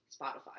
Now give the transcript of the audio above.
Spotify